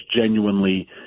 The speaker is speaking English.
genuinely